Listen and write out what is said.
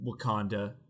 Wakanda